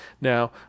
Now